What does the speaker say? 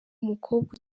umukobwa